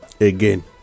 again